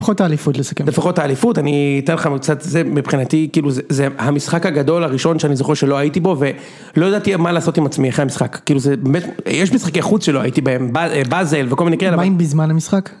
לפחות את האליפות לסכם. לפחות את האליפות, אני אתן לך קצת זה מבחינתי, כאילו זה המשחק הגדול הראשון שאני זוכר שלא הייתי בו, ולא ידעתי מה לעשות עם עצמי אחרי המשחק. כאילו זה באמת, יש משחקי חוץ שלא הייתי בהם, באזל וכל מיני כאלה. מה עם בזמן המשחק?